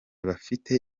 bafite